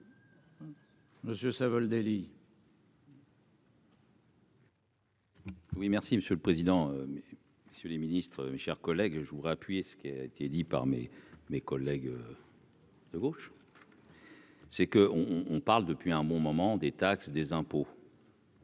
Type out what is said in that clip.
Monsieur Savoldelli. Oui merci monsieur le président, messieurs les ministres, mes chers collègues, je voudrais appuyer ce qui a été dit par mes, mes collègues. De gauche. C'est que on on parle depuis un bon moment, des taxes, des impôts.